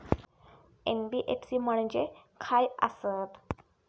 NBFC म्हणजे खाय आसत?